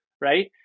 Right